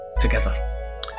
together